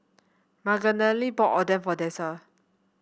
Magdalene bought Oden for Dessa